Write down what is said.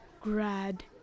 grad